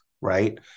right